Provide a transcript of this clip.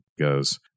goes